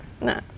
no